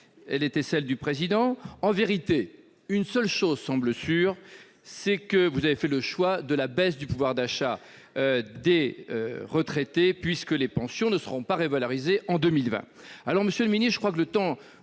Président de la République. En vérité, une seule chose semble sûre : vous avez fait le choix de la baisse du pouvoir d'achat des retraités, puisque les pensions ne seront pas revalorisées en 2020.